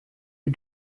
you